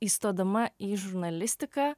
įstodama į žurnalistiką